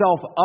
up